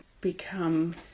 become